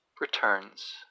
returns